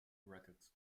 racket